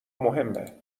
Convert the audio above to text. مهمه